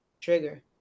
trigger